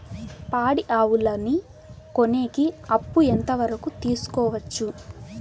పాడి ఆవులని కొనేకి అప్పు ఎంత వరకు తీసుకోవచ్చు?